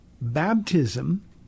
baptism